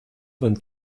vingt